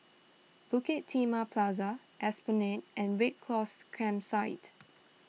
Bukit Timah Plaza Esplanade and Red Cross Campsite